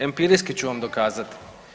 Empirijski ću vam dokazati.